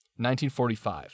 1945